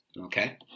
Okay